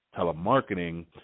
telemarketing